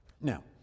Now